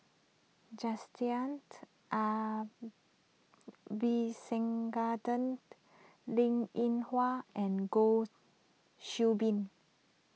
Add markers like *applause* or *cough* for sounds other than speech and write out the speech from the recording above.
Jacintha *unintelligible* Abisheganaden Linn in Hua and Goh Qiu Bin